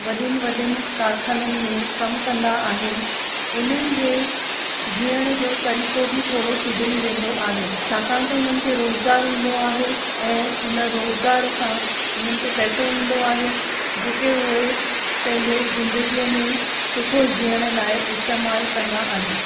वॾनि वॾनि कारख़ाननि में कमु कंदा आहिनि उन्हनि जे जीअण जो तरीक़ो बि थोरो सुधिरी वेंदो आहे छाकाणि त हुननि खे रोज़गार हूंदो आहे ऐं उन रोज़गार सां उन्हनि खे पैसो ईंदो आहे जेके उहे पंहिंजे ज़िंदगीअ में सुठो जीअण लाइ इस्तेमालु कंदा आहिनि